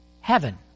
Heaven